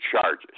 charges